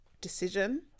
decision